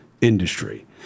industry